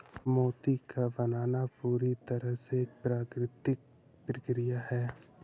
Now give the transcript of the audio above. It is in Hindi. मोती का बनना पूरी तरह से एक प्राकृतिक प्रकिया है